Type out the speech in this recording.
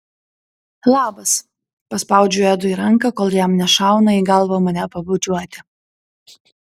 labas paspaudžiu edui ranką kol jam nešauna į galvą mane pabučiuoti